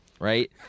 right